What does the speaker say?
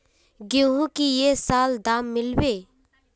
गेंहू की ये साल दाम मिलबे बे?